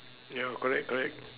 ya correct correct